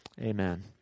amen